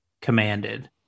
commanded